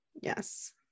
Yes